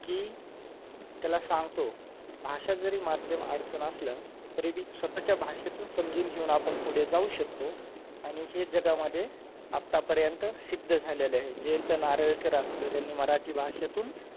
की त्याला सांगतो की भाषा जरी माध्यम अडचण असलं तरीबी स्वतःच्या भाषेतून समजून घेऊन आपन पुढे जाऊ शकतो आणि हे जगामध्ये आतापर्यंत सिद्ध झालेले आहे जयंत नारळीकर असतील त्यांनी मराठी भाषेतून